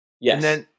Yes